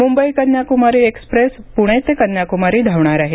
Mumbai Kanyakumari express Pune ते कन्याक्मारी धावणार आहे